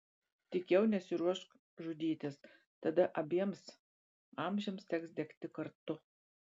tik jau nesiruošk žudytis tada abiems amžiams teks degti kartu